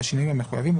בשינויים המחויבים,